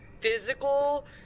physical